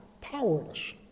powerless